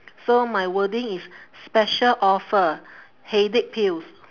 so my wording is special offer headache pills